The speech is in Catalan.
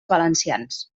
valencians